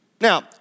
Now